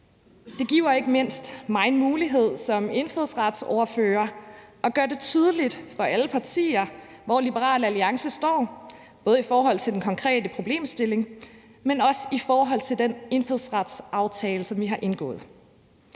Det giver ikke mindst mig mulighed for som indfødsretsordfører at gøre det tydeligt for alle partier, hvor Liberal Alliance står både i forhold til den konkrete problemstilling, men også i forhold til den indfødsretsaftale, som vi har indgået.